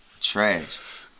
trash